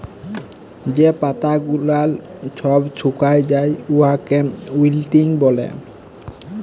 যে পাতা গুলাল ছব ছুকাঁয় যায় উয়াকে উইল্টিং ব্যলে